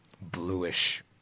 bluish